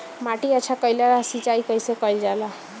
माटी अच्छा कइला ला सिंचाई कइसे कइल जाला?